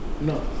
No